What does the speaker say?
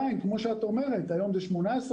היום זה 18%,